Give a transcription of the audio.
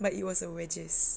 but it was a wedges